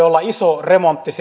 olla iso remontti